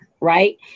right